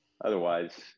otherwise